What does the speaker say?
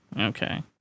Okay